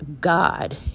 God